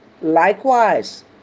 Likewise